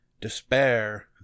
despair